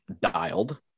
dialed